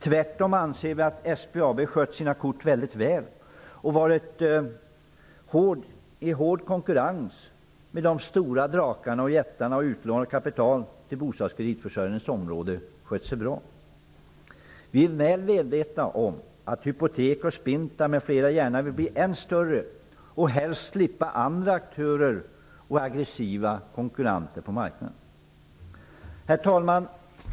Tvärtom anser vi att SBAB har skött sina kort mycket väl i hård konkurrens med de stora drakarna, jättarna och utlånarna av kapital på bostadskreditförsörjningens område. Vi är väl medvetna om att Stadshypotek och Spintab m.fl. gärna vill bli än större och helst vill slippa andra aktörer och aggressiva konkurrenter på marknaden. Herr talman!